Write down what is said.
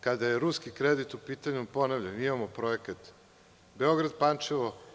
Kada je ruski kredit u pitanju, ponavljam, imamo projekat Beograd-Pančevo.